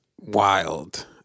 wild